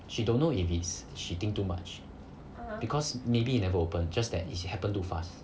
she don't know if it's she think too much because maybe never open just that it happen too fast